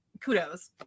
Kudos